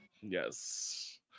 yes